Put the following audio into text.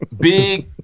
Big